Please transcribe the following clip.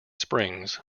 springs